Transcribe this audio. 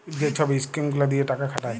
যে ছব ইস্কিম গুলা দিঁয়ে টাকা খাটায়